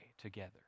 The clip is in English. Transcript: together